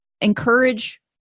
encourage